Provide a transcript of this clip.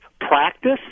practice